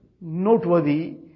noteworthy